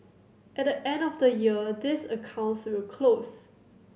at the end of the year these accounts will close